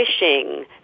wishing